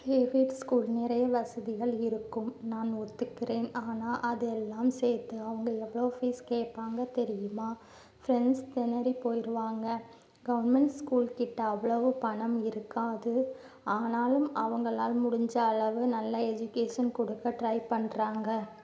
private ஸ்கூலில் நிறைய வசதிகள் இருக்கும் நான் ஒத்துக்கிறேன் ஆனால் அது எல்லாம் சேர்த்து அவங்க எவ்வளோ ஃபீஸ் கேட்பாங்க தெரியுமா ஃப்ரெண்ட்ஸ் திணறி போயிடுவாங்க கவர்மெண்ட் ஸ்கூல் கிட்ட அவ்ளவு பணம் இருக்காது ஆனாலும் அவங்களால் முடிஞ்ச அளவு நல்ல எஜிகேஷன் கொடுக்க ட்ரை பண்ணுறாங்க